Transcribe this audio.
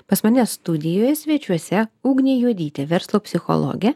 pas mane studijoje svečiuose ugnė juodytė verslo psichologė